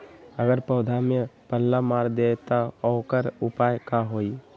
अगर पौधा में पल्ला मार देबे त औकर उपाय का होई?